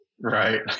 right